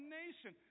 nation